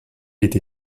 été